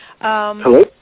Hello